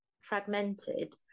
fragmented